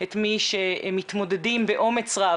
את מי שמתמודדים באומץ רב,